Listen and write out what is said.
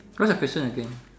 what's the question again